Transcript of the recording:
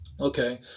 Okay